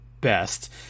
best